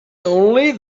only